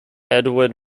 edward